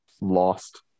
lost